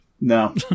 No